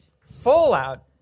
Fallout